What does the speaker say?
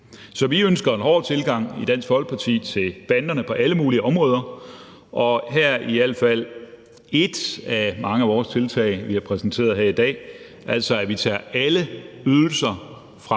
Så vi ønsker i Dansk Folkeparti en hård tilgang til banderne på alle mulige områder, og her er i al fald et af mange af de tiltag, vi har præsenteret her i dag, at vi tager alle ydelser